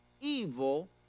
evil